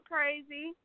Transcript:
Crazy